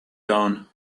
down